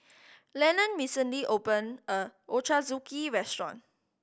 Lenon recently opened a new Ochazuke restaurant